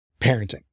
parenting